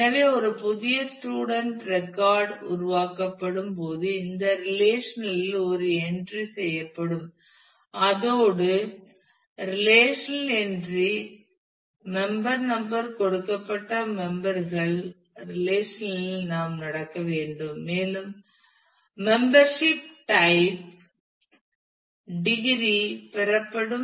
எனவே ஒரு புதிய ஸ்டூடண்ட் ரெக்கார்டு உருவாக்கப்படும் போது இந்த ரெலேஷன் இல் ஒரு என்றி செய்யப்படும் அதோடு ரெலேஷனல் என்றி மெம்பர் நம்பர் கொடுக்கப்பட்ட மெம்பர் கள் ரெலேஷனல் இல் நாம் நடக்க வேண்டும் மேலும் மெம்பர்ஷிப் டைப் டிகிரி பெறப்படும்